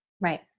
Right